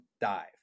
dive